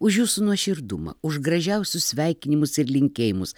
už jūsų nuoširdumą už gražiausius sveikinimus ir linkėjimus